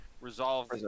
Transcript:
resolve